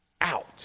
out